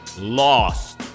Lost